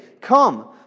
Come